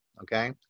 okay